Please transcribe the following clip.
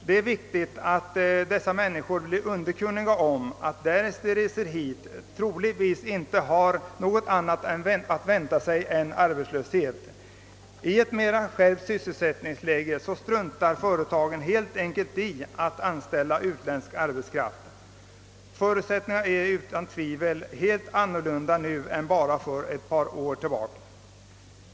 Det är viktigt att dessa människor blir underkunniga om att de, om de reser hit, troligen inte har något annat att vänta än arbetslöshet. I ett mera skärpt sysselsättningsläge struntar företagen helt enkelt i att anställa utländsk arbetskraft. Förutsättningarna för utländsk arbetskraft är helt andra nu än för bara ett par år sedan.